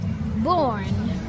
born